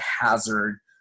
hazard